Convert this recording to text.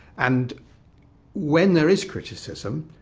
and when there is criticism,